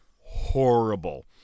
horrible